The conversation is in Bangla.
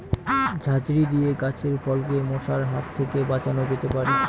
ঝাঁঝরি দিয়ে গাছের ফলকে মশার হাত থেকে বাঁচানো যেতে পারে?